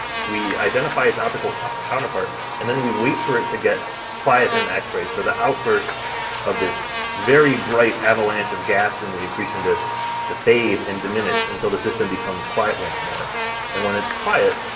we identify its optical counterpart, and then we wait for it to get quiet in and the x-rays for the outburst of this very bright avalanche of gas in the accretion disk to fade and diminish until the system becomes quiet once more and when it's quiet,